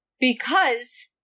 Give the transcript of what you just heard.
because-